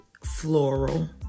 floral